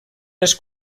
les